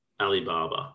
Alibaba